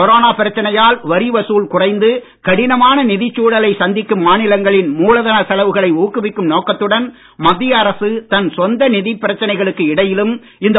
corona பிரச்சனையால் வரிவசூல் குறைந்து கடினமான நிதிச் சூழலை சந்திக்கும் மாநிலங்களின் மூலதனச் செலவுகளை ஊக்குவிக்கும் நோக்கத்துடன் மத்திய அரசு தன் சொந்த நிதிப் பிரச்சனைகளுக்கு இடையிலும் இந்த உதவித் திட்டத்தை அறிவித்தது